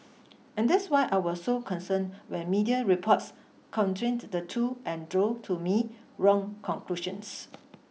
and that's why I was so concerned when media reports conflate the two and drew to me wrong conclusions